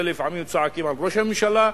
אלא לפעמים צועקים על ראש הממשלה,